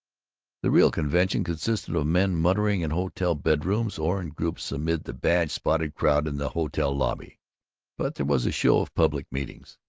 the real convention consisted of men muttering in hotel bedrooms or in groups amid the badge-spotted crowd in the hotel-lobby, but there was a show of public meetings.